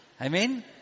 Amen